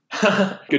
Good